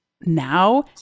now